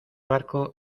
barco